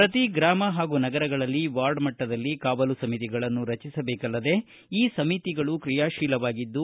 ಪ್ರತಿ ಗ್ರಾಮ ಹಾಗೂ ನಗರಗಳಲ್ಲಿ ವಾರ್ಡ್ ಮಟ್ಟದಲ್ಲಿ ಕಾವಲು ಸಮಿತಿಗಳನ್ನು ರಚಿಸಬೇಕಲ್ಲದೆ ಈ ಸಮಿತಿಗಳು ಕ್ರಿಯಾಶೀಲವಾಗಿದ್ದು